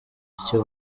icyo